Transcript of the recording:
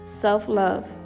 self-love